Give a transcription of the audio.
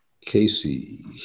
Casey